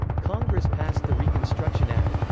congress passed the reconstruction act,